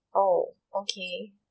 oh okay